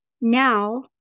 Now